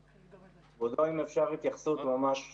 כבודו, אם אפשר, התייחסות ממש מהירה.